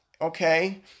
okay